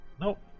Nope